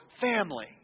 family